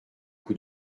coup